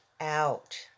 out